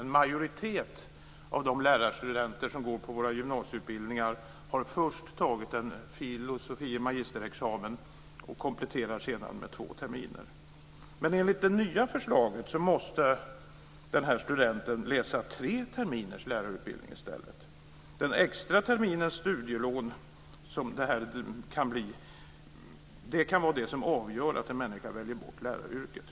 En majoritet av de lärarstudenter som går på gymnasielärarutbildningar har först tagit en filosofie magisterexamen och kompletterar sedan med två terminer. Enligt det nya förslaget måste studenten läsa tre terminers lärarutbildning i stället. Den extra terminens studielån, som det kan bli fråga om, kan vara det som avgör att en människa väljer bort läraryrket.